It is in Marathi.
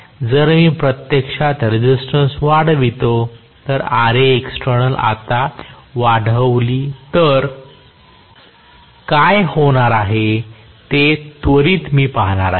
तर आता जर मी प्रत्यक्षात रेसिस्टन्स वाढवितो जर Ra एक्सटेर्नल आता वाढवली तर काय होणार आहे ते त्वरित मी पाहणार आहे